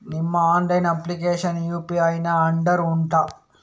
ನಿಮ್ಮ online application UPI ನ under ಉಂಟಾ